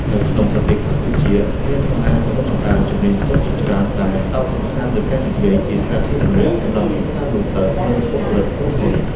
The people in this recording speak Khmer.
នៅក្នុងប្រទេសកម្ពុជា មានសាលាបណ្ដុះបណ្ដាលជំនាញទន់ជាច្រើនដែលផ្ដោតសំខាន់លើការនិយាយជាសាធារណៈសម្រាប់សិស្សានុសិស្ស និងបុគ្គលិកក្រុមហ៊ុន។